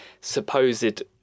supposed